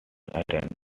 attendants